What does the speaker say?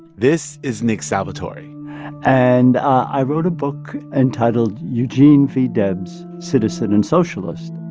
this is nick salvatore and i wrote a book entitled eugene v. debs citizen and socialist.